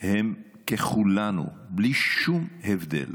הם ככולנו, בלי שום הבדל.